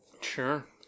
sure